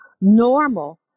normal